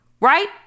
right